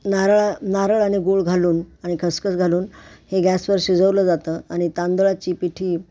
नारळा नारळ आणि गूळ घालून आणि खसखस घालून हे गॅसवर शिजवलं जातं आणि तांदळाची पिठी